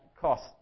cost